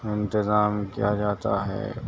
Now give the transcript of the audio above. انتظام کیا جاتا ہے